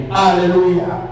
hallelujah